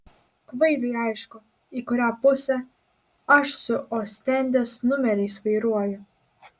kvailiui aišku į kurią pusę aš su ostendės numeriais vairuoju